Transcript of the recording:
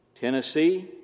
Tennessee